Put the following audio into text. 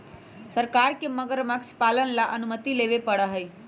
सरकार से मगरमच्छ पालन ला अनुमति लेवे पडड़ा हई